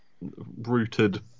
rooted